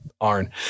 arn